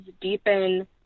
deepen